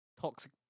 toxic